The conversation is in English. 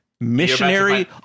Missionary